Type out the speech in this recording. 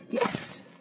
Yes